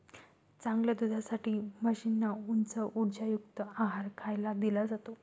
चांगल्या दुधासाठी म्हशींना उच्च उर्जायुक्त आहार खायला दिला जातो